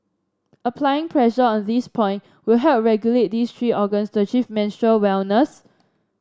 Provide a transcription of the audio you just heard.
applying pressure on this point will help regulate these three organs to achieve menstrual wellness